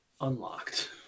unlocked